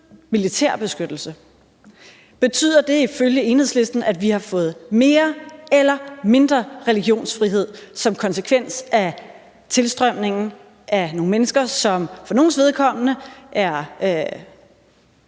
militær beskyttelse. Betyder det ifølge Enhedslisten, at vi har fået mere eller mindre religionsfrihed som konsekvens af tilstrømningen af nogle mennesker, som for nogles vedkommende har